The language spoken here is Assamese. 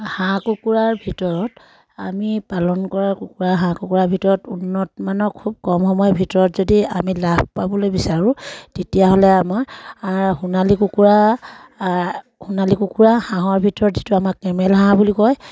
হাঁহ কুকুৰাৰ ভিতৰত আমি পালন কৰা কুকুৰা হাঁহ কুকুৰাৰ ভিতৰত উন্নতমানৰ খুব কম সময়ৰ ভিতৰত যদি আমি লাভ পাবলৈ বিচাৰোঁ তেতিয়াহ'লে আমাৰ সোণালী কুকুৰা সোণালী কুকুৰা হাঁহৰ ভিতৰত যিটো আমাক কেমেল হাঁহ বুলি কয়